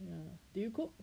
do you cook